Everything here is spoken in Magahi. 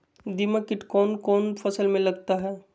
दीमक किट कौन कौन फसल में लगता है?